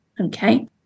Okay